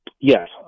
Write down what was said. Yes